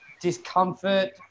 discomfort